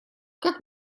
как